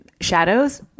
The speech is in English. shadows